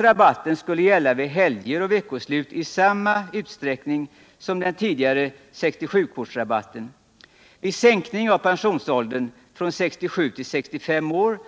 Rabatten skulle gälla vid helger och veckoslut i samma utsträckning som den tidigare 67-kortsrabatten. Vid sänkning av pensionsåldern från 67 till 65 år